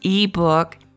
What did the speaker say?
ebook